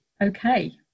okay